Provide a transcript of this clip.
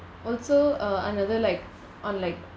also uh another like on like